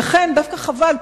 דווקא חבל,